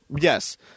Yes